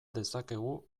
dezakegu